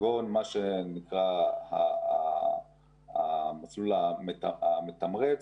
כגון מה שנקרא "המסלול המתמרץ"